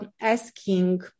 asking